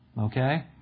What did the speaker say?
Okay